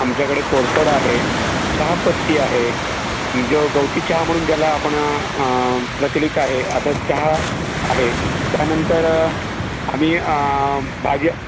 आमच्याकडे कोरफड आहे चहापत्ती आहे जो गवती चहा म्हणून ज्याला आपण प्रचलित आहे असा चहा आहे त्यानंतर आम्ही भाज्या